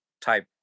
type